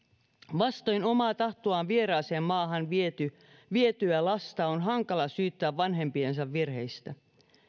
vastoin omaa tahtoaan vieraaseen maahan vietyä lasta on hankala syyttää vanhempiensa virheistä